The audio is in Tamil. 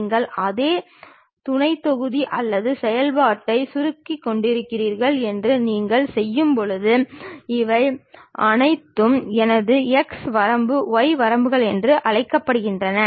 நீங்கள் அதே துணை தொகுதி அல்லது செயல்பாட்டை சுருக்கிக் கொண்டிருக்கிறீர்கள் என்று நீங்கள் செய்யும்போது இவை அனைத்தும் எனது x வரம்புகள் y வரம்புகள் என்று அழைக்கப்படுகின்றன